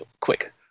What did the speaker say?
Quick